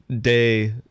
day